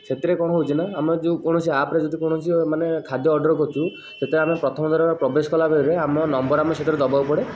ସେଥିରେ କ'ଣ ହେଉଛି ନା ଆମ ଯେକୌଣସି ଆପରେ ଯଦି କୌଣସିମାନେ ଖାଦ୍ୟ ଅର୍ଡ଼ର କରୁଛୁ ଯେତେବେଳେ ଆମ ପ୍ରଥମଥର ପ୍ରବେଶ କଲାବେଳେ ଆମ ନମ୍ବର ଆମ ସେଥିରେ ଦେବାକୁ ପଡ଼େ